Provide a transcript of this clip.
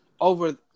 over